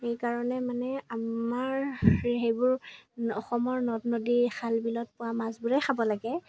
সেইকাৰণে মানে আমাৰ সেইবোৰ অসমৰ নদ নদী খাল বিলত পোৱা মাছবোৰে খাব লাগে